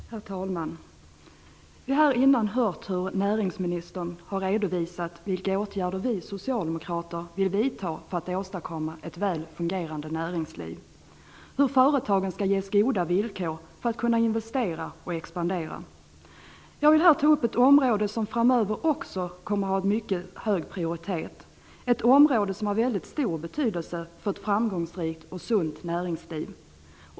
Herr talman! Vi har här innan hört näringsministern redovisa vilka åtgärder vi socialdemokrater vill vidta för att åstadkomma ett väl fungerande näringsliv, hur företagen skall ges goda villkor för att kunna investera och expandera. Jag vill här ta upp ett område som framöver också kommer att ha mycket hög prioritet, ett område som har väldigt stor betydelse för ett framgångsrikt och sunt näringsliv.